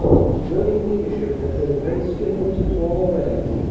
whose brilliant leadership had been a great stimulus to all ranks,